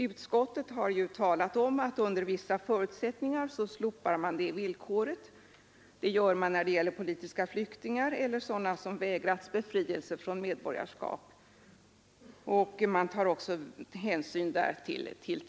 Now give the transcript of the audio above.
Utskottet har ju omnämnt att detta villkor slopas under vissa förutsättningar. Så sker när det gäller politiska flyktingar eller sådana som vägrats befrielse från medborgarskap. Man tar därvidlag också hänsyn till tiden.